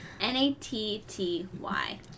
N-A-T-T-Y